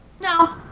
No